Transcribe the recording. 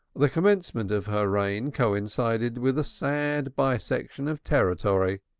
the commencement of her reign coincided with a sad bisection of territory.